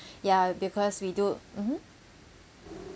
ya because we do mmhmm